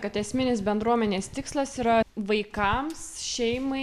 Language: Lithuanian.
kad esminis bendruomenės tikslas yra vaikams šeimai